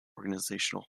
organizational